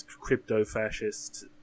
crypto-fascist